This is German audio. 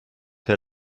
herr